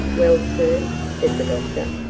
well, sir said the doctor.